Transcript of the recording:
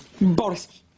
Boris